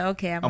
Okay